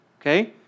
Okay